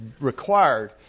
required